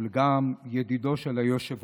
והוא גם ידידו של היושב-ראש,